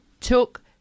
took